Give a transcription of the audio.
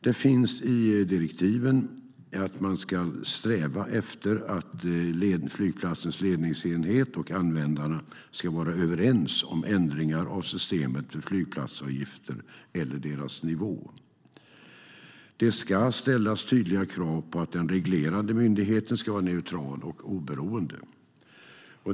Det finns i direktiven att man ska sträva efter att flygplatsens ledningsenhet och användarna ska vara överens om ändringar av systemet för flygplatsavgifter eller deras nivå. Det ska ställas tydliga krav på att den reglerande myndigheten ska vara neutral och oberoende.